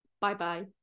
Bye-bye